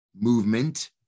movement